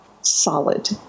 solid